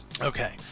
Okay